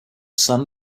sun